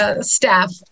staff